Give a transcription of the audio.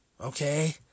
Okay